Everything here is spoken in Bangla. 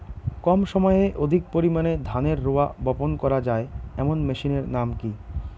কম সময়ে অধিক পরিমাণে ধানের রোয়া বপন করা য়ায় এমন মেশিনের নাম কি?